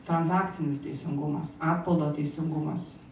transakcinis teisingumas atpildo teisingumas